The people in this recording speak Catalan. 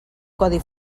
codi